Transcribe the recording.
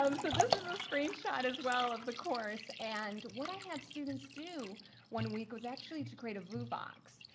um so this is a screenshot as well of the course. and what i had students do one week was actually to create a vuvox.